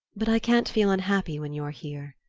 but i can't feel unhappy when you're here.